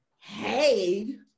hey